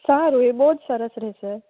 સારું એ બહુ જ સરસ રહેશે